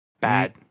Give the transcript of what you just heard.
bad